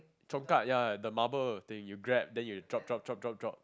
congkak ya the marble thing you grab then you drop drop drop drop drop